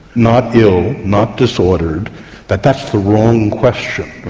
not ill, not disordered that that's the wrong question.